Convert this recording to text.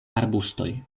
arbustoj